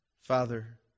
Father